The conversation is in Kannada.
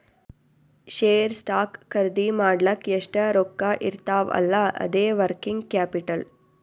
ಶೇರ್, ಸ್ಟಾಕ್ ಖರ್ದಿ ಮಾಡ್ಲಕ್ ಎಷ್ಟ ರೊಕ್ಕಾ ಇರ್ತಾವ್ ಅಲ್ಲಾ ಅದೇ ವರ್ಕಿಂಗ್ ಕ್ಯಾಪಿಟಲ್